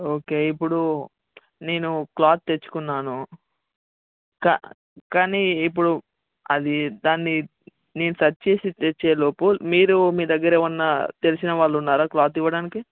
okay ఇప్పుడు నేను cloth తెచ్చుకున్నాను కా కానీ ఇప్పుడు అది దాన్ని నేను సర్చ్ చేసి తెచ్చేలోపు మీరు మీ దగ్గర ఏవన్నా తెలిసిన వాళ్ళు ఉన్నారా క్లాత్ ఇవ్వడానికి